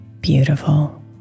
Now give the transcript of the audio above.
beautiful